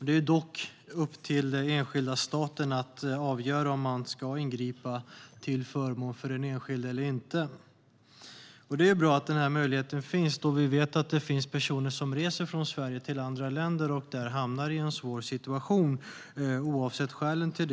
Det är dock upp till den enskilda staten att avgöra om man ska ingripa till förmån för den enskilde eller inte. Det är bra att denna möjlighet finns, då vi vet att det finns personer som reser från Sverige till andra länder där de hamnar i svåra situationer av olika skäl.